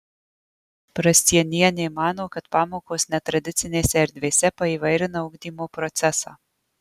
prascienienė mano kad pamokos netradicinėse erdvėse paįvairina ugdymo procesą